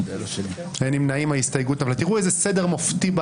אין ההסתייגות מס' 7 של קבוצת סיעת יש עתיד לא נתקבלה.